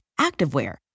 activewear